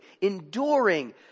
enduring